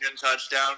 touchdown